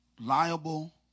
liable